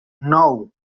nou